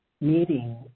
meeting